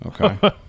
okay